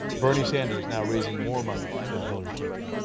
bernie sanders, now raising more money than hillary clinton.